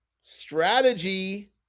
strategy